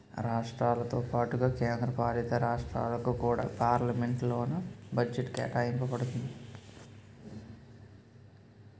రాష్ట్రాలతో పాటుగా కేంద్ర పాలితరాష్ట్రాలకు కూడా పార్లమెంట్ లోనే బడ్జెట్ కేటాయింప బడుతుంది